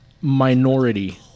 minority